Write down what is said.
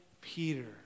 Peter